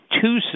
two